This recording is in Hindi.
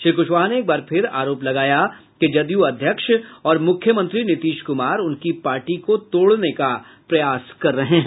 श्री कुशवाहा ने एक बार फिर आरोप लगाया कि जदयू अध्यक्ष और मुख्यमंत्री नीतीश क्मार उनकी पार्टी को तोड़ने का प्रयास कर रहे हैं